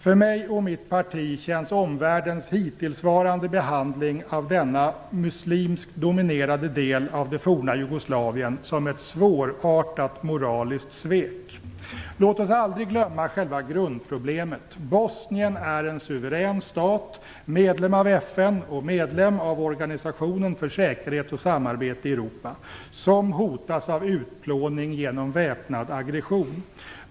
För mig och mitt parti känns omvärldens hittillsvarande behandling av denna muslimskt dominerade del av det forna Jugoslavien som ett svårartat moraliskt svek. Låt oss aldrig glömma bort själva grundproblemet: Bosnien är en suverän stat, medlem av FN och medlem av Organisationen för säkerhet och samarbete i Europa, som hotas av utplåning genom väpnad aggression.